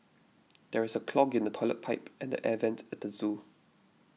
there is a clog in the Toilet Pipe and the Air Vents at zoo